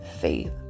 faith